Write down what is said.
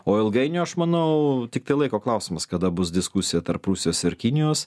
o ilgainiui aš manau tiktai laiko klausimas kada bus diskusija tarp rusijos ir kinijos